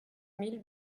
mille